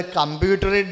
computer